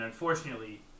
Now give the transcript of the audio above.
Unfortunately